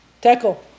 Tackle